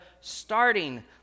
starting